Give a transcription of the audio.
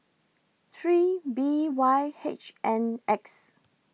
three B Y H N X